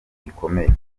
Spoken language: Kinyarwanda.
gikomeye